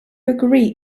agree